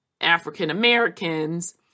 African-Americans